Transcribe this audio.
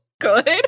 good